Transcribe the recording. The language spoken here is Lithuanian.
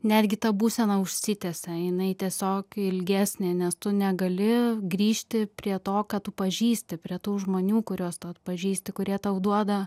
netgi ta būsena užsitęsia jinai tiesiog ilgesnė nes tu negali grįžti prie to ką tu pažįsti prie tų žmonių kuriuos tu atpažįsti kurie tau duoda